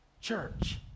church